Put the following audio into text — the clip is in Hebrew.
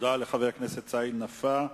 תודה לחבר הכנסת סעיד נפאע.